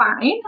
fine